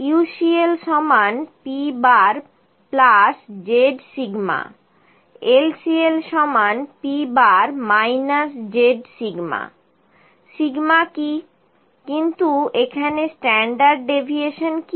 UCL pzσ LCL p zσ sigma কি কিন্তু এখানে স্ট্যান্ডার্ড ডেভিয়েশন কি